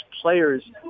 players